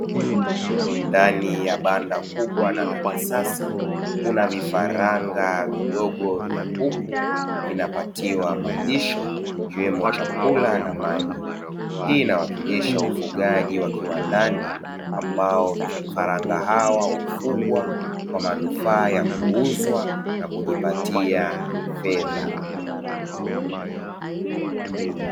Ndani ya banda kubwa na la kisasa, kuna vifaranga vidogo vya kuku, vinapatiwa malisho, ikiwemo chakula na maji. Hii inawakilisha ufugaji wa kiwandani ambao vifaranga hawa hufugwa kwa manufaa ya kuuzwa na kujipatia fedha.